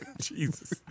Jesus